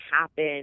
happen